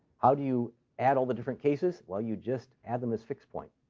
how do you add all the different cases? well, you just add them as fixed-point.